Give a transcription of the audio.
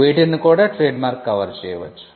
వీటిని కూడా trademark cover చేయవచ్చు